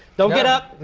don't get up.